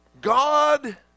God